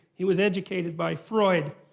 he was educated by freud,